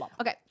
okay